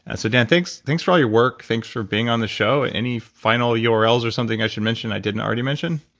ah so, dan, thanks thanks for all your work, thanks for being on the show. any final urls or something i should mention i didn't already mention?